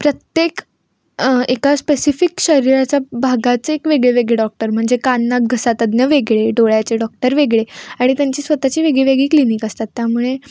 प्रत्येक एका स्पेसिफिक शरीराच्या भागाचे एक वेगळेवेगळे डॉक्टर म्हणजे कान नाक घसा तज्ज्ञ वेगळे डोळ्याचे डॉक्टर वेगळे आणि त्यांची स्वतःची वेगळीवेगळी क्लिनिक असतात त्यामुळे